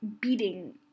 beating